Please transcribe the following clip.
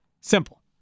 Simple